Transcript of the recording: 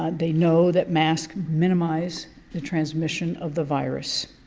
ah they know that mask minimize the transmission of the virus.